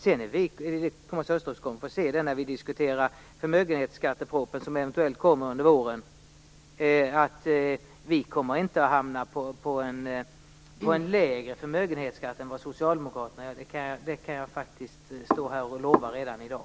Thomas Östros kommer att få se, när vi diskuterar förmögenhetsskattepropositionen som eventuellt kommer under våren, att Vänstern inte hamnar på en lägre förmögenhetsskatt än vad Socialdemokraterna gör. Det kan jag faktiskt lova redan i dag.